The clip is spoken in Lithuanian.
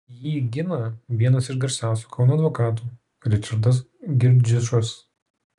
jį gina vienas iš garsiausių kauno advokatų ričardas girdziušas